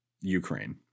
Ukraine